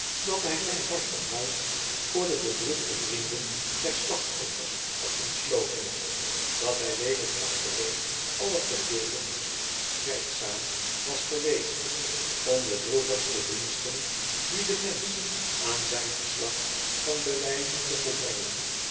dat hij zijn hart en huis voor de bedroefde vrienden der slachtoffers had ontsloten dat hij weken achtereen allergeduldigst werkzaam was geweest om de droevigste diensten die de mensch aan zijn geslacht kan bewijzen te volbrengen